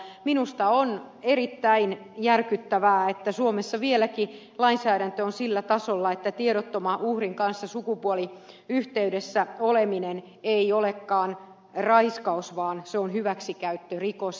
minusta on erittäin järkyttävää että suomessa vieläkin lainsäädäntö on sillä tasolla että tiedottoman uhrin kanssa sukupuoliyhteydessä oleminen ei olekaan raiskaus vaan se on hyväksikäyttörikos